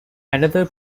another